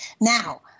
Now